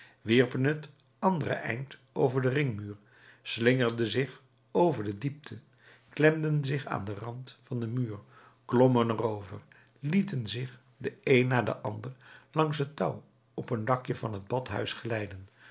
wierpen het andere eind over den ringmuur slingerden zich over de diepte klemden zich aan den rand van den muur klommen er over lieten zich de een na den ander langs het touw op een dakje van het badhuis glijden